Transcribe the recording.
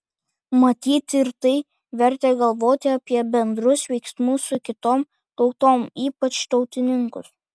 matyt ir tai vertė galvoti apie bendrus veiksmus su kitom tautom ypač tautininkus